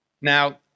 now